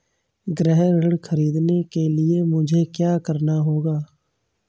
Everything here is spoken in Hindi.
गृह ऋण ख़रीदने के लिए मुझे क्या करना होगा?